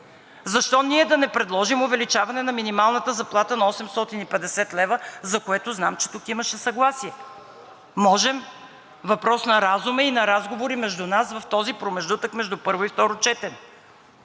Защо ние да не предложим увеличаване на минималната заплата на 850 лв., за което знам, че тук имаше съгласие? Можем. Въпрос на разум е и на разговори между нас в този промеждутък между първо и второ четене.